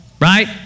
right